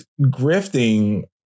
grifting